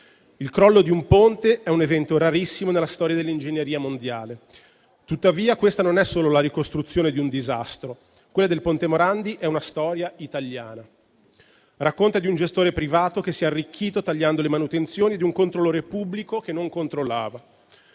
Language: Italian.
Il crollo di un ponte è un evento rarissimo nella storia dell'ingegneria mondiale. Tuttavia, questa non è solo la ricostruzione di un disastro, quella del ponte Morandi è una storia italiana. Racconta di un gestore privato che si è arricchito tagliando le manutenzioni e di un controllore pubblico che non controllava.